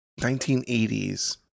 1980s